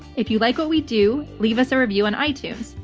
if you like what we do, leave us a review on itunes.